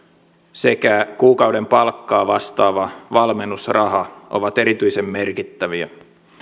sekä kuukauden palkkaa vastaava valmennusraha ovat erityisen merkittäviä